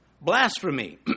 blasphemy